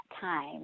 time